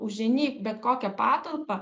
užeini į bet kokią patalpą